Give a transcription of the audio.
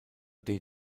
dei